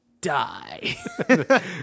Die